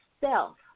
self